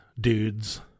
dudes